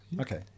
Okay